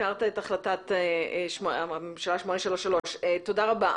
תודה רבה.